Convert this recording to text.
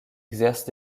exercent